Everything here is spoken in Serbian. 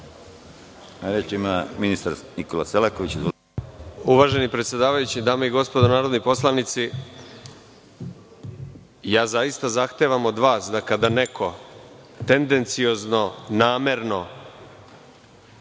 Uvaženi predsedavajući, dame i gospodo narodni poslanici, zaista zahtevam od vas da kada neko tendenciozno, namerno